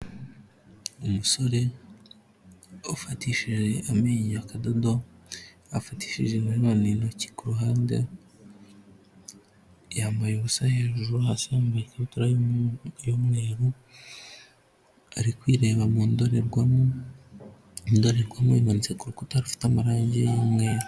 Umusore ufatishije amenyo akadodo afatishije na none intoki ku ruhande, yambaye ubusa hejuru hasi yambaye ikabutura y'umweru ari kwireba mu ndorerwamo, indorerwamo imantse ku rukuta rufite amarange y'umweru.